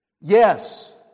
Yes